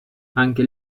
anche